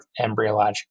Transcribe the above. embryologic